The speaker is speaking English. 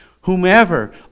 whomever